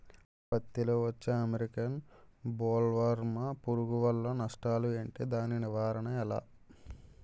పత్తి లో వచ్చే అమెరికన్ బోల్వర్మ్ పురుగు వల్ల నష్టాలు ఏంటి? దాని నివారణ ఎలా?